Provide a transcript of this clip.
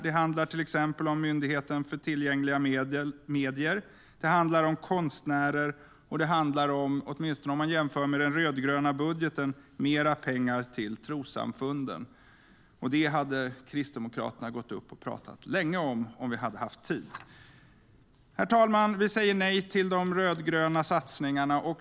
Det handlar om till exempel Myndigheten för tillgängliga medier, det handlar om konstnärer och det handlar om, åtminstone om man jämför med den rödgröna budgeten, mer pengar till trossamfunden. Det hade Kristdemokraterna gått upp och talat länge om ifall vi hade haft tid. Vi säger nej till de rödgröna satsningarna.